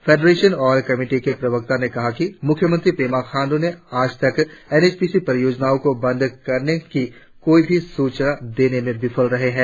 federation और committee के प्रवक्ताओं ने कहा कि मुख्यमंत्री पेमा खाण्डू ने आज तक एन एच पी सी परियोजना को बंद करने की कोई भी सूचना देने में विफल रहे हैं